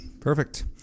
Perfect